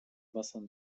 bassin